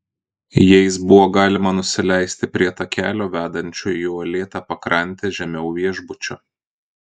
jais buvo galima nusileisti prie takelio vedančio į uolėtą pakrantę žemiau viešbučio